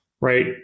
right